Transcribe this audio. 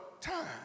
time